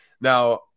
now